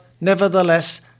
nevertheless